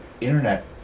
Internet